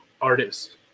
artists